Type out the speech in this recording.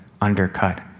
undercut